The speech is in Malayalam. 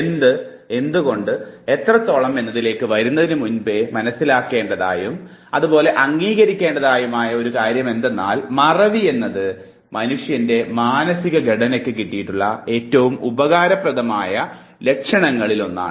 എന്ത് എന്തുകൊണ്ട് എത്രത്തോളം എന്നതിലേക്ക് വരുന്നതിന് മുൻപ് മനസ്സിലാക്കേണ്ടതായും അതുപോലെ അംഗീകരിക്കെണ്ടാതായതുമായ ഒരു കാര്യമെന്തെന്നാൽ മറവി എന്നത് മനുഷ്യൻറെ മാനസിക ഘടനയ്ക്ക് കിട്ടിയിട്ടുള്ള ഏറ്റവും ഉപകാരപ്രദമായ ലക്ഷണങ്ങളിൽ ഒന്നാണ്